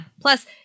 Plus